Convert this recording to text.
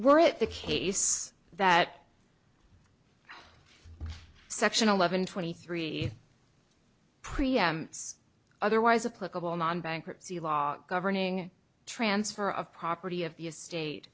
were it the case that section eleven twenty three preempts otherwise a political non bankruptcy law governing transfer of property of the estate